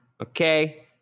okay